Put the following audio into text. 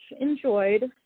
enjoyed